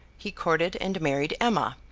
he courted and married emma,